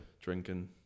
Drinking